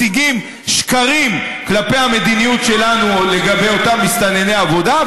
מציגים שקרים כלפי המדיניות שלנו לגבי אותם מסתנני עבודה,